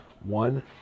One